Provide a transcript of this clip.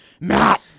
matt